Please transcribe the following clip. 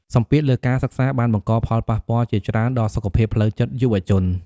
សម្ពាធលើការសិក្សាបានបង្កផលប៉ះពាល់ជាច្រើនដល់សុខភាពផ្លូវចិត្តយុវជន។